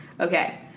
Okay